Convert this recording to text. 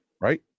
Right